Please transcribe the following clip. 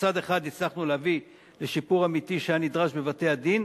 מצד אחד הצלחנו להביא לשיפור אמיתי שהיה נדרש בבתי-הדין,